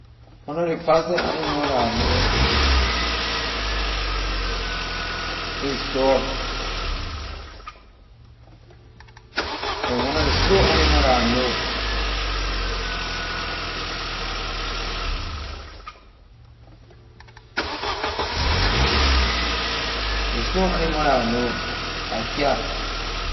One of ley fastest animal la I know is dog and one of ley slow animal that I know ley slow animal la I know la cat.